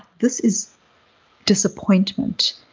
this is disappointment,